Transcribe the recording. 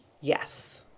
yes